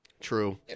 True